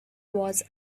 was